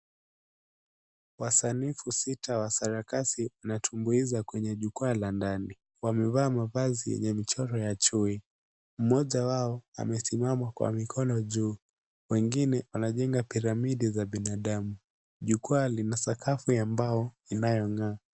Wasanifu sita wa sarakasi wanatumbuiza kwenye jukwaa la ndani. Wamevaa mavazi yenye michoro ya chui. Mmoja wao amesimama kwa mikono juu. Wengine wanajenga piramidi za binadamu. Jukwaa lina sakafu ya mbao inayong'aa.